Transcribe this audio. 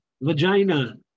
Vagina